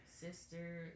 Sister